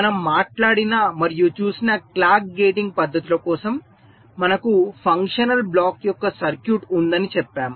మనము మాట్లాడిన మరియు చూసిన క్లాక్ గేటింగ్ పద్ధతుల కోసం మనకు ఫంక్షనల్ బ్లాక్ యొక్క సర్క్యూట్ ఉందని చెప్పాము